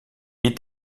est